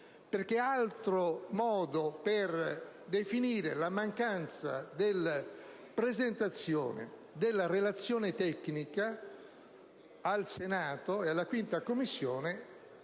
trovo altro modo per definire la mancanza di presentazione della relazione tecnica al Senato e alla 5a Commissione